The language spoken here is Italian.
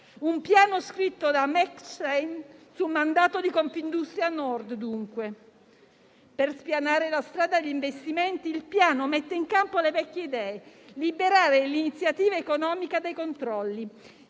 Un Piano scritto da McKinsey su mandato di Confindustria Nord, dunque. Per spianare la strada agli investimenti il Piano mette in campo le vecchie idee: liberare l'iniziativa economica dai controlli.